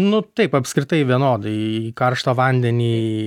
nu taip apskritai vienodai į karštą vandenį